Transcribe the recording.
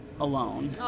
alone